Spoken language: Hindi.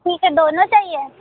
ठीक है दोनों चाहिए